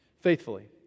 faithfully